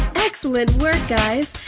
excellent work guys.